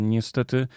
Niestety